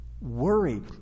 Worry